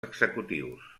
executius